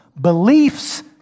Beliefs